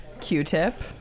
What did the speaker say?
Q-Tip